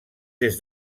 des